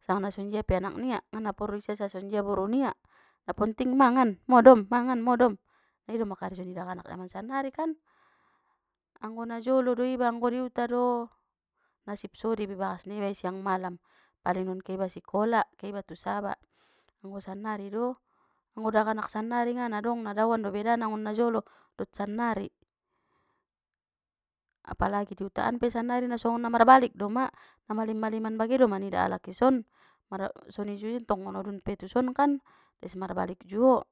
sanga na songonjia pe anak nia ngana porlu di sia sanga sonjia boru nia na ponting mangan modom mangan modom na i doma karejo ni daganak jaman sannari kan, anggo na jolo do iba anggo di uta do na sipso de iba ibagas nibai siang malam palingnon ke iba sikola ke iba tu saba anggo sannari do anggo daganak sannari ngana dong na daoan do beda na ngon na jolo dot sannari, apalagi di utaan pe sannari na songon namarbalik doma na malim-maliman bage doma nida alak ison mar-sonijuo ngon adun pe tuson kan les marbalik juo.